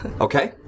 Okay